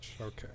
okay